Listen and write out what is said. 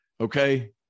okay